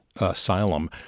asylum